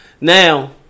Now